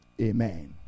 Amen